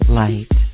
light